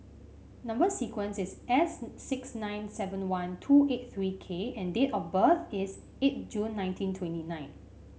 number sequence is S six nine seven one two eight three K and date of birth is eight June nineteen twenty nine